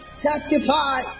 Testify